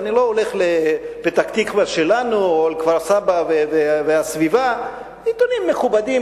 אני לא הולך ל"פתח-תקווה שלנו" או ל"כפר-סבא והסביבה"; עיתונים מכובדים,